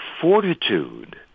fortitude